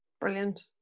Brilliant